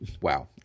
Wow